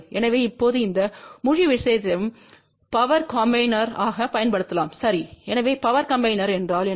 எனவே இப்போது இந்த முழு விஷயத்தையும் பவர் காம்பினெர் ஆக பயன்படுத்தலாம் சரி எனவே பவர் காம்பினர் என்றால் என்ன